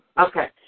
Okay